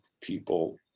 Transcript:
people